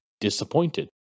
disappointed